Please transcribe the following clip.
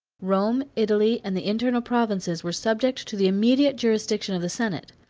rome, italy, and the internal provinces, were subject to the immediate jurisdiction of the senate.